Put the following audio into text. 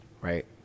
right